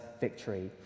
victory